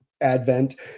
advent